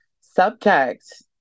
subject